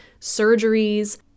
surgeries